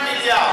מיליארד.